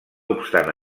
obstant